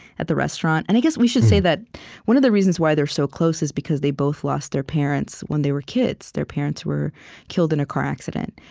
at the restaurant. and i guess we should say that one of the reasons why they're so close is because they both lost their parents when they were kids their parents were killed in a car accident,